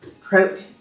croak